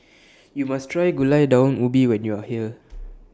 YOU must Try Gulai Daun Ubi when YOU Are here